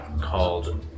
called